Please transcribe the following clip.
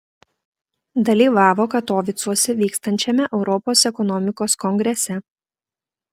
dalyvavo katovicuose vykstančiame europos ekonomikos kongrese